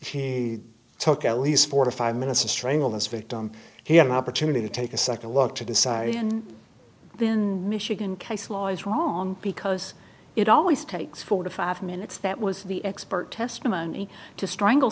he took at least forty five minutes to strangle this victim he had an opportunity to take a second look to decide when michigan case law is wrong because it always takes four to five minutes that was the expert testimony to strangle